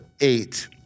eight